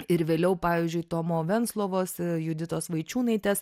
ir vėliau pavyzdžiui tomo venclovos juditos vaičiūnaitės